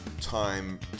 time